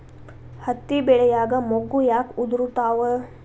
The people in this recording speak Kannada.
ಹತ್ತಿ ಬೆಳಿಯಾಗ ಮೊಗ್ಗು ಯಾಕ್ ಉದುರುತಾವ್?